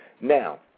Now